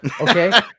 okay